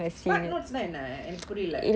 spark notes என்ன எனக்கு புரியல:enna enakku puriyala